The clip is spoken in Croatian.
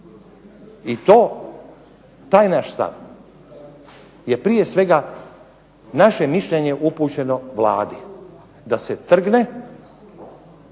i taj naš stav je prije svega naše mišljenje upućeno Vladi da se trgne,